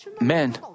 men